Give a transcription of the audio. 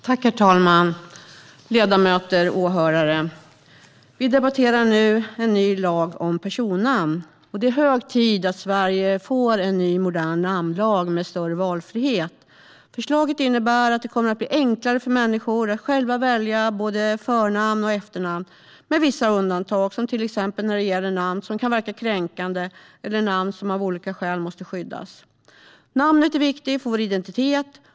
Herr talman, ledamöter och åhörare! Vi debatterar nu en ny lag om personnamn. Det är hög tid att Sverige får en ny, modern namnlag med större valfrihet. Förslaget innebär att det blir enklare för människor att själva välja både förnamn och efternamn - med vissa undantag, till exempel när det gäller namn som kan verka kränkande eller namn som av olika skäl måste skyddas. Namnet är viktigt för vår identitet.